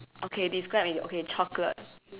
okay describe it okay chocolate